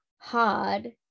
hard